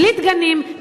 בלי דגנים,